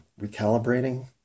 recalibrating